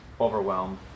overwhelmed